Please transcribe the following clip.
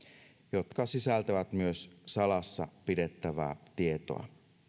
jotka sisältävät myös salassa pidettävää tietoa